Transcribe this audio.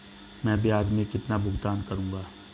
मैं ब्याज में कितना भुगतान करूंगा?